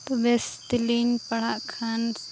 ᱛᱳ ᱵᱮᱥ ᱛᱮᱞᱤᱧ ᱯᱟᱲᱦᱟᱜ ᱠᱷᱟᱱ